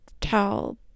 tell